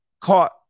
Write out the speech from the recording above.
caught